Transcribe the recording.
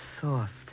soft